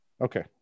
Okay